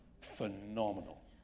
Phenomenal